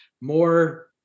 more